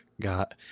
got